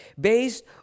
based